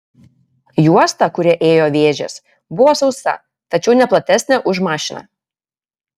juosta kuria ėjo vėžės buvo sausa tačiau ne platesnė už mašiną